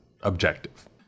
objective